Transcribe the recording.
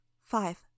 Five